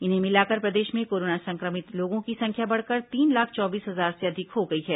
इन्हें मिलाकर प्रदेश में कोरोना संक्रमित लोगों की संख्या बढ़कर तीन लाख चौबीस हजार से अधिक हो गई है